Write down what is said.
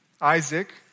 Isaac